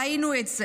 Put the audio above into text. ראינו את זה.